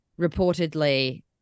reportedly